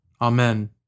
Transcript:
Amen